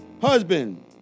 Husband